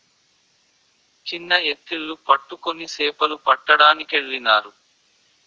చిన్న ఎత్తిళ్లు పట్టుకొని సేపలు పట్టడానికెళ్ళినారు